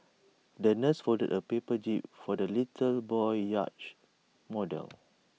the nurse folded A paper jib for the little boy's yacht model